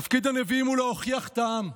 תפקיד הנביאים הוא להוכיח את העם.